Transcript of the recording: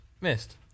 missed